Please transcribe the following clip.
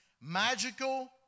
magical